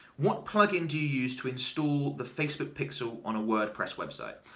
what plug-in do you use to instal the facebook pixel on a wordpress website?